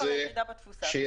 צו בידוד בית, צו